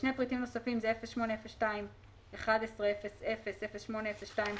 שני פריטים נוספים זה 08021100, 08021200,